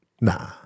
Nah